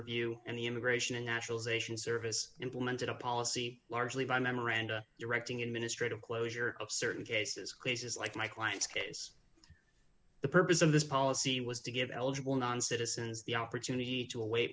review and the immigration and naturalization service implemented a policy largely by memoranda directing administrative closure of certain cases cases like my client's case the purpose of this policy was to give eligible non citizens the opportunity to awa